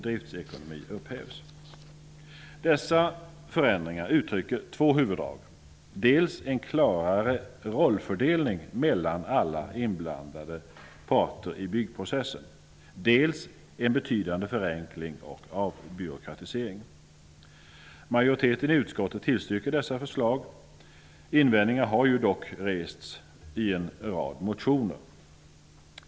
Dessa förändringar uttrycker två huvuddrag, dels en klarare rollfördelning mellan alla inblandade parter i byggprocessen, dels en betydande förenkling och avbyråkratisering. Majoriteten i utskottet tillstyrker dessa förslag. Invändningar har dock rests i en rad motioner.